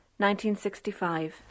1965